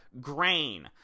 grain